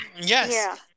yes